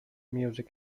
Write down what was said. music